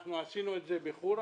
עשינו את זה בחורה